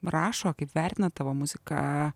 rašo kaip vertina tavo muziką